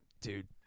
Dude